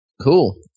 cool